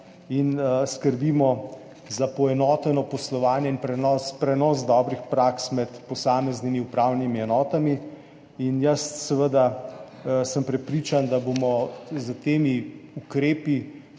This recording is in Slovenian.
in skrbimo za poenoteno poslovanje in prenos dobrih praks med posameznimi upravnimi enotami. Seveda sem prepričan, da bomo s temi ukrepi